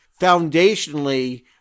foundationally